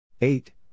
Eight